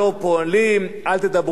אל תדברו בשפה כזאת,